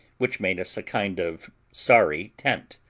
which made us a kind of sorry tent.